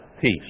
peace